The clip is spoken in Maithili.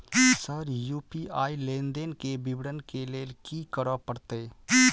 सर यु.पी.आई लेनदेन केँ विवरण केँ लेल की करऽ परतै?